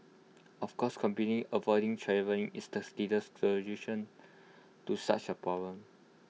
of course completely avoiding travelling is the silliest solution to such A problem